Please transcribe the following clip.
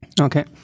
Okay